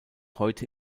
heute